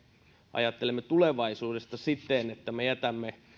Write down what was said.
ajattelemme tulevaisuudesta siten että me jätämme